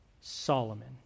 Solomon